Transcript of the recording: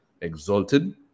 Exalted